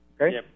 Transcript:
Okay